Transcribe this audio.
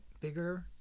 bigger